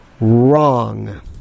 Wrong